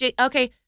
Okay